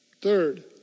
Third